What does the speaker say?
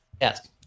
Yes